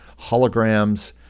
holograms